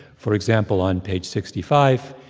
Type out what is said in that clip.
for example, on page sixty five,